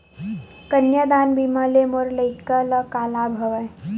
कन्यादान बीमा ले मोर लइका ल का लाभ हवय?